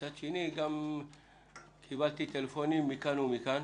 מצד שני, קיבלתי טלפונים מכאן ומכאן